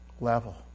level